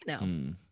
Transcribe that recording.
No